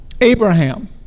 Abraham